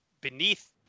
beneath